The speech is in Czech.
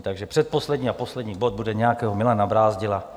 Takže předposlední a poslední bod bude nějakého Milana Brázdila.